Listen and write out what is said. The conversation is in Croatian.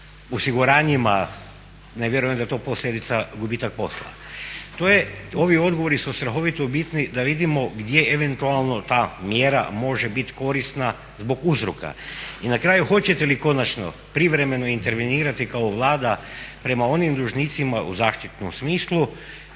osiguranjima ne vjerujem da je to posljedica gubitak posla. Ovi odgovori su strahovito bitni da vidimo gdje eventualno ta mjera može biti korisna zbog uzroka. I na kraju, hoćete li konačno privremeno intervenirati kao Vlada prema onim dužnicima u zaštitnom smislu